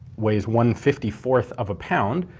weighs one fifty fourth of a pound.